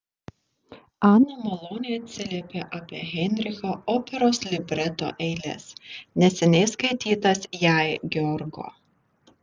ana maloniai atsiliepė apie heinricho operos libreto eiles neseniai skaitytas jai georgo